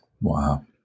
Wow